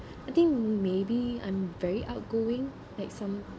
I think maybe I'm very outgoing like some